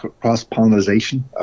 cross-pollination